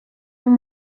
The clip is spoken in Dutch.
voor